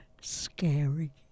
scary